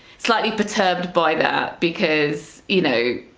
slightly perturbed by that because you know